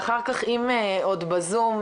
ואחר כך אם עוד בזום,